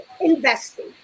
investing